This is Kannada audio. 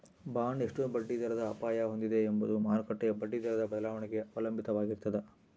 ಬಾಂಡ್ ಎಷ್ಟು ಬಡ್ಡಿದರದ ಅಪಾಯ ಹೊಂದಿದೆ ಎಂಬುದು ಮಾರುಕಟ್ಟೆಯ ಬಡ್ಡಿದರದ ಬದಲಾವಣೆಗೆ ಅವಲಂಬಿತವಾಗಿರ್ತದ